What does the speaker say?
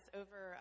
over